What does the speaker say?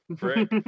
Right